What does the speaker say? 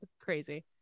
crazy